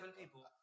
people